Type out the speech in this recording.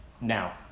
Now